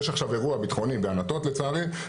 יש עכשיו אירוע ביטחוני בענתות לצערי,